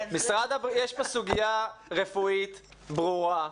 יש פה סוגיה רפואית ברורה,